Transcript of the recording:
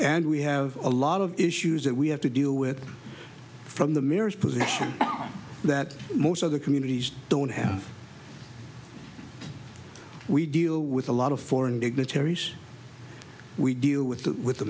and we have a lot of issues that we have to deal with from the mayor's position that most other communities don't have we deal with a lot of foreign dignitaries we deal with that with the